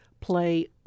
play